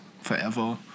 forever